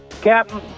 Captain